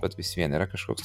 bet vis vien yra kažkoks